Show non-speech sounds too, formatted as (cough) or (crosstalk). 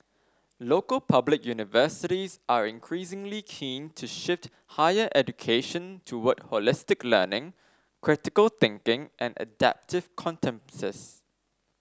local public universities are increasingly keen to shift higher education toward holistic learning critical thinking and adaptive (unintelligible)